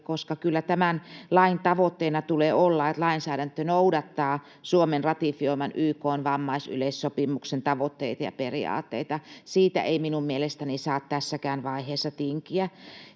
koska kyllä tämän lain tavoitteena tulee olla, että lainsäädäntö noudattaa Suomen ratifioiman YK:n vammaisyleissopimuksen tavoitteita ja periaatteita. Siitä ei minun mielestäni saa tässäkään vaiheessa tinkiä.